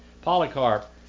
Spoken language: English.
Polycarp